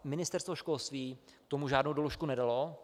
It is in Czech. Ministerstvo školství ale tomu žádnou doložku nedalo.